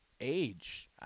age